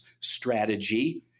strategy